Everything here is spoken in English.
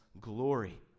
glory